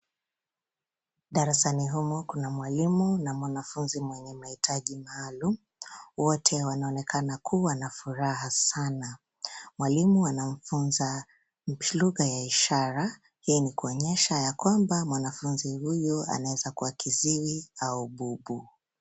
Darasani humu kuna mwalimu na mwanafunzi mwenye hitaji maalum . Wote wanaonekana kuwa na furaha sana. Mwalimu anamfunza lugha ya ishara, hii ni kuonyesha ya kwamba mwanafunzi huyu anawezakuwa kiziwi au bubu.